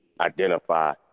identify